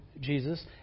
Jesus